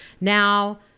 Now